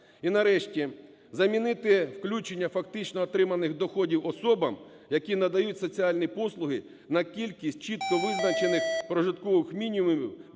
І, нарешті, замінити включення фактично отриманих доходів особам, які надають соціальні послуги на кількість чітко визначених прожиткових мінімумів